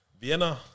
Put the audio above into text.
Vienna